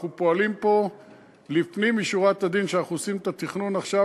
אנחנו פועלים פה לפנים משורת הדין כשאנחנו עושים את התכנון עכשיו,